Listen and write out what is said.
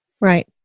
Right